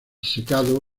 secado